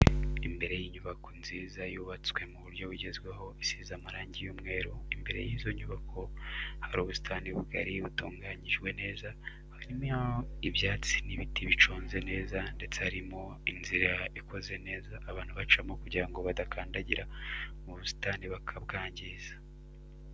Imbere y'inyubako nziza yubatswe mu buryo bugezweho isize amarangi y'umweru, imbere y'izo nyubako hari ubusitani bugari butunganyijwe neza, harimo ibyatsi n'ibiti biconze neza ndetse harimo inzira ikoze neza abantu bacamo kugira ngo badakandagira mu busitani bakabwangiza.